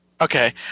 Okay